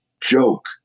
joke